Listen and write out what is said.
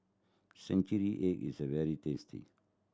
century egg is very tasty